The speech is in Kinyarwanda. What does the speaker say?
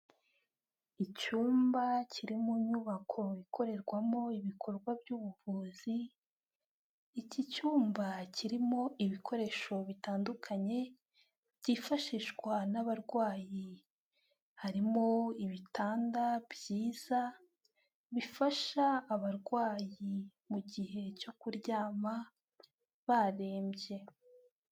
Icyumba kiri mu nyubako ikorerwamo ibikorwa by'ubuvuzi, iki cyumba kirimo ibikoresho bitandukanye byifashishwa n'abarwayi, harimo ibitanda byiza bifasha abarwayi mu gihe cyo kuryama barembye.